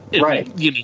right